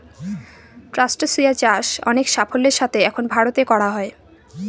ট্রাস্টেসিয়া চাষ অনেক সাফল্যের সাথে এখন ভারতে করা হয়